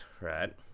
right